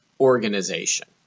organization